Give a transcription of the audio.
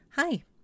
Hi